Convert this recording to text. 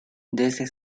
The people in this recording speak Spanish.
desde